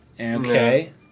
Okay